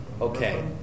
Okay